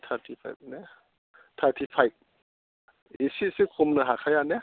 thirty-five ने thirty five इसेसो खमिनो हाखाया ने